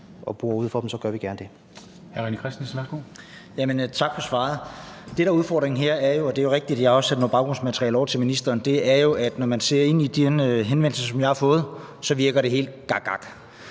at bore ud for dem, gør vi gerne det.